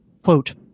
quote